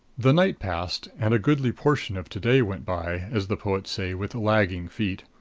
the night passed, and a goodly portion of to-day went by as the poets say with lagging feet.